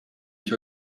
ich